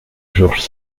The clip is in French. georges